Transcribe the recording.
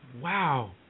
wow